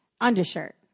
Undershirt